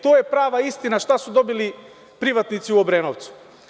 To je prava istina šta su dobili privatnici u Obrenovcu.